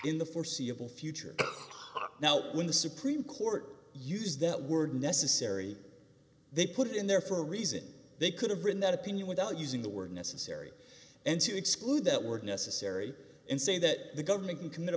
in the foreseeable future now when the supreme court uses that were necessary they put in there for a reason they could have written that opinion without using the word necessary and to exclude that word necessary and say that the government can commit a